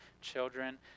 children